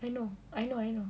I know I know I know